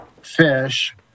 Fish